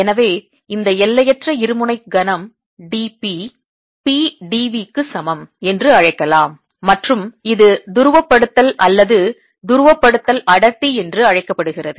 எனவே இந்த எல்லையற்ற இருமுனை கணம் d P P d v க்கு சமம் என்று அழைக்கலாம் மற்றும் இது துருவப்படுத்தல் அல்லது துருவப்படுத்தல் அடர்த்தி என்று அழைக்கப்படுகிறது